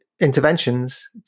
interventions